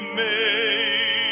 made